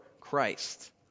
Christ